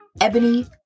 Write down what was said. Ebony